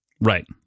Right